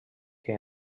que